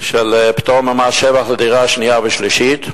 יש פטור ממס שבח, דירה שנייה ושלישית,